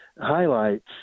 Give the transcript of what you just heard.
highlights